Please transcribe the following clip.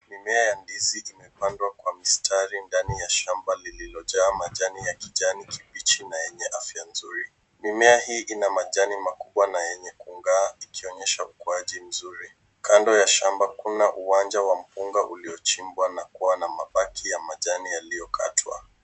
Mimea ya ndizi imepandwa kwa mistari ndani ya shamba lililojaa majani ya kijani kibichi na yenye afya nzuri. Mimea hii ina majani makubwa na yenye kung'aa ikionyesha ukuaji mzuri. Kando ya shamba kuna uwanja wa mpunga uliochimbwa na kuwa na mabaki ya majani yaliyokatwa.